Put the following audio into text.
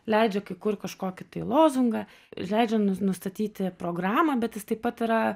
leidžia kai kur kažkokį tai lozungą leidžia nus nustatyti programą bet jis taip pat yra